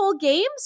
Games